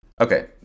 Okay